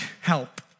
help